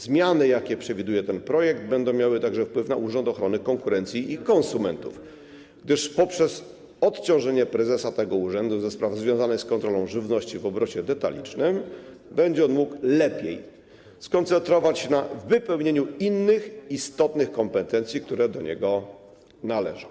Zmiany, jakie przewiduje ten projekt, będą miały także wpływ na Urząd Ochrony Konkurencji i Konsumentów, gdyż dzięki odciążeniu prezesa tego urzędu od spraw związanych z kontrolą żywności w obrocie detalicznym będzie on mógł lepiej skoncentrować się na wykonywaniu innych istotnych kompetencji, które mu przysługują.